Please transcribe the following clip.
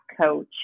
coach